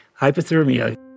Hypothermia